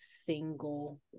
single